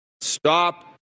stop